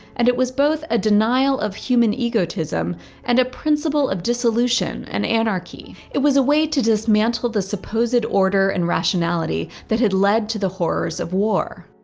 and it was both a denial of human egotism and a principle of dissolution and anarchy. it was a way to dismantle the supposed order and rationality that had led to the horrors of war.